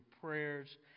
prayers